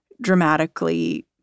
dramatically